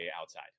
outside